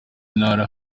ntara